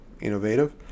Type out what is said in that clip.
innovative